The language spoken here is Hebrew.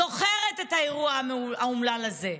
זוכרת את האירוע האומלל הזה,